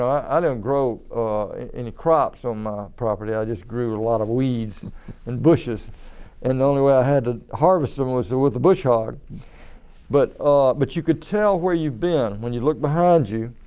i didn't grow any crops on my property, i just grew a lot of weeds and bushes and the only way i had to harvest them was with the bush hog but but you could tell where you been, when you look behind you,